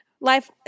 Life